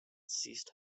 ceased